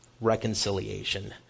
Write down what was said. reconciliation